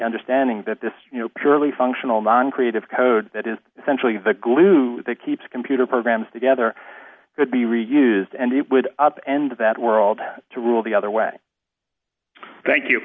understanding that this you know purely functional noncreative code that is essentially the glue that keeps computer programs together could be reuse and it would up and that world to rule the other way thank you